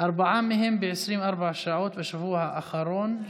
ארבעה מהם ב-24 שעות בשבוע האחרון,